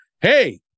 Hey